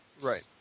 Right